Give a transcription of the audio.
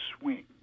swing